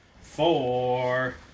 four